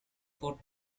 forth